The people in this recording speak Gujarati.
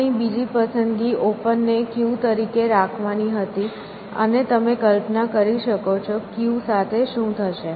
આપણી બીજી પસંદગી ઓપન ને ક્યુ તરીકે રાખવાની હતી અને તમે કલ્પના કરી શકો છો ક્યુ સાથે શું થશે